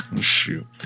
Shoot